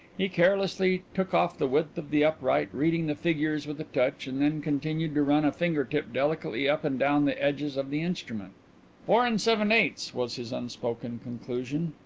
he carelessly took off the width of the upright, reading the figures with a touch and then continued to run a finger-tip delicately up and down the edges of the instrument four and seven-eighths, was his unspoken conclusion.